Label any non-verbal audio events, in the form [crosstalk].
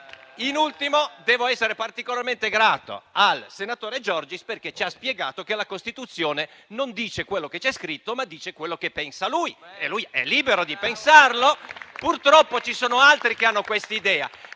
In ultimo, devo essere particolarmente grato al senatore Giorgis perché ci ha spiegato che la Costituzione non dice quello che c'è scritto, ma dice quello che pensa lui. E lui è libero di pensarlo. [applause] Purtroppo ci sono altri che hanno quest'idea